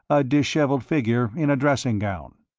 a dishevelled figure in a dressing gown.